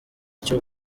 cyo